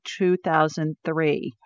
2003